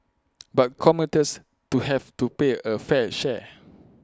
but commuters to have to pay A fair share